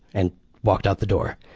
and walked out the door.